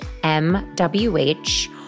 MWH